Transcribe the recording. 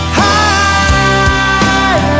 high